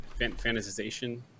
fantasization